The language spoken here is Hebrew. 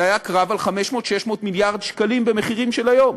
זה היה קרב על 600-500 מיליארד שקלים במחירים של היום